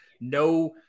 No